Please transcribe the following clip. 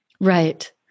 Right